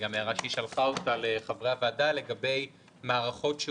היא גם שלחה את ההערה לחברי הוועדה,